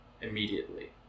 immediately